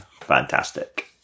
Fantastic